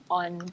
on